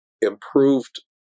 improved